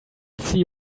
see